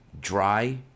dry